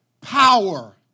Power